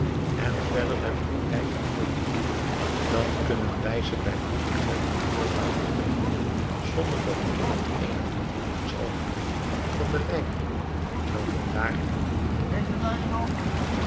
en verder met olijven vullen dan kunnen wij ze bij uw vertrek aan boord laten brengen zonder dat iemand eenig vermoeden zal hebben van den rijkdom welke daarin verborgen is